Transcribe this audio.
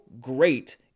great